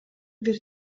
бир